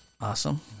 Awesome